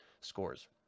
scores